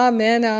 Amen